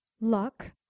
Luck